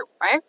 right